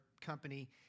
company